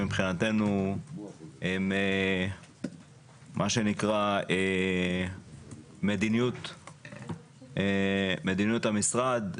שמבחינתנו הם מה שנקרא "מדיניות המשרד",